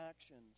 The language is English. actions